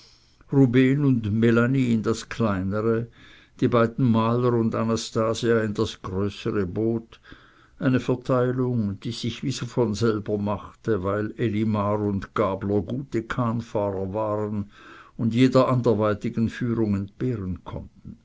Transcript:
und melanie in das kleinere die beiden maler und anastasia in das größere boot eine verteilung die sich wie von selber machte weil elimar und gabler gute kahnfahrer waren und jeder anderweitigen führung entbehren konnten